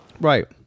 Right